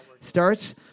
starts